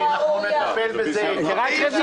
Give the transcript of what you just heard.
שערורייה.